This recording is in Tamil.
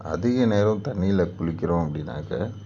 அதிக நேரம் தண்ணியில் குளிக்கிறோம் அப்படின்னாக்கா